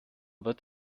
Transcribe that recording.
wird